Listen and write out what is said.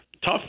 tough